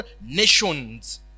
nations